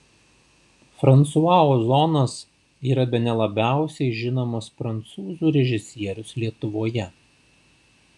fransua ozonas yra bene labiausiai žinomas prancūzų režisierius lietuvoje